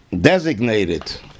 designated